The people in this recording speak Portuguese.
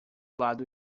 lado